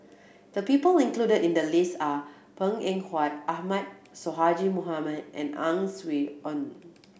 the people included in the list are Png Eng Huat Ahmad Sonhadji Mohamad and Ang Swee Aun